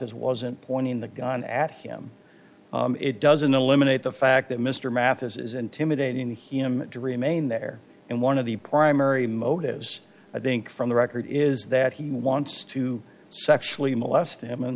is wasn't pointing the gun at him it doesn't eliminate the fact that mr mathis is intimidating him to remain there and one of the primary motives i think from the record is that he wants to sexually molest him